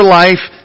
life